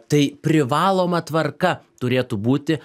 tai privaloma tvarka turėtų būti